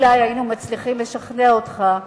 אולי היינו מצליחים לשכנע אותך,